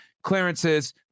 clearances